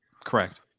correct